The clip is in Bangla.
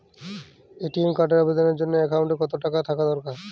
এ.টি.এম কার্ডের আবেদনের জন্য অ্যাকাউন্টে কতো টাকা থাকা দরকার?